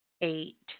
eight